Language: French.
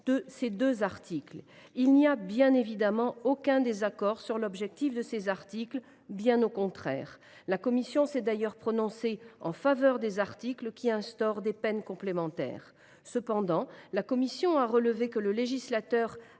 de ces deux articles. Il n’y a, bien évidemment, aucun désaccord sur l’objectif de ces articles, bien au contraire ! La commission des lois s’est d’ailleurs prononcée en faveur des articles qui instaurent des peines complémentaires. Cependant, nous avons relevé que le législateur